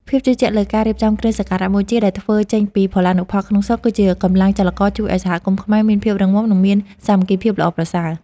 ភាពជឿជាក់លើការរៀបចំគ្រឿងសក្ការបូជាដែលធ្វើចេញពីផលានុផលក្នុងស្រុក គឺជាកម្លាំងចលករជួយឱ្យសហគមន៍ខ្មែរមានភាពរឹងមាំ និងមានសាមគ្គីភាពល្អប្រសើរ។